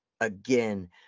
again